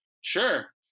sure